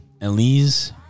Elise